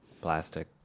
plastic